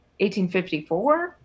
1854